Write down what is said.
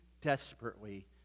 desperately